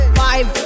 five